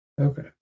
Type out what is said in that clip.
Okay